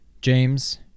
James